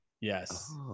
Yes